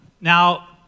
now